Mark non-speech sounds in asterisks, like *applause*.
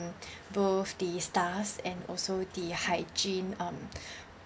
both the stars and also the hygiene um *breath*